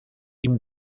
ihm